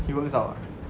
he works out ah